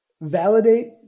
validate